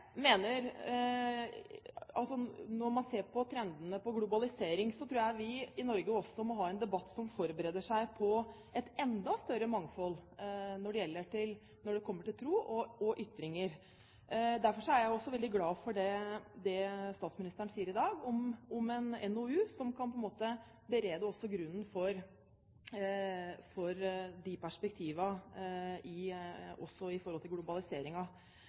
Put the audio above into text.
vi i Norge også må ha en debatt som forbereder seg på et enda større mangfold når det kommer til tro og ytringer. Derfor er jeg også veldig glad for det statsministeren sier i dag om en NOU som på en måte kan berede grunnen for perspektivene også i forhold til globaliseringen. Selv om Høybråtens interpellasjon i utgangspunktet dreier seg om trosfrihet i Norge, har jeg lyst til